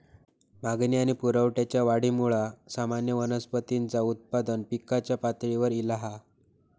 मागणी आणि पुरवठ्याच्या वाढीमुळा सामान्य वनस्पतींचा उत्पादन पिकाच्या पातळीवर ईला हा